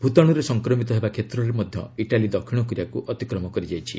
ଭୂତାଣୁରେ ସଂକ୍ରମିତ ହେବା କ୍ଷେତ୍ରରେ ମଧ୍ୟ ଇଟାଲୀ ଦକ୍ଷିଣ କୋରିଆକୁ ଅତିକ୍ରମ କରିଯାଇଛି